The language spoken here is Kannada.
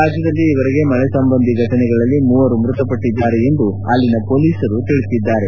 ರಾಜ್ಯದಲ್ಲಿ ಈವರೆಗೆ ಮಳೆ ಸಂಬಂಧಿ ಘಟನೆಗಳಲ್ಲಿ ಮೂವರು ಮೃತಪಟ್ಟದ್ದಾರೆ ಎಂದು ರಾಜ್ಯ ಪೊಲೀಸರು ತಿಳಿಸಿದ್ದಾರೆ